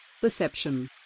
Perception